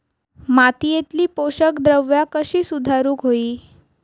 मातीयेतली पोषकद्रव्या कशी सुधारुक होई?